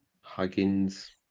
Huggins